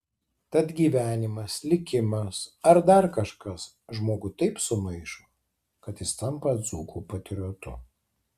tad gyvenimas likimas ar dar kažkas žmogų taip sumaišo kad jis tampa dzūkų patriotu